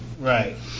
Right